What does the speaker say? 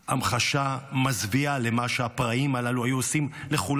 המחשה מזוויעה של מה שהפראים הללו היו עושים לכולנו,